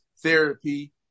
therapy